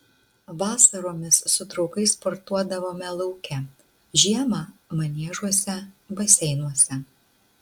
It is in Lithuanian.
vasaromis su draugais sportuodavome lauke žiemą maniežuose baseinuose